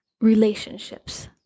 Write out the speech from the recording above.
Relationships